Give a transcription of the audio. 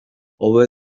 hobe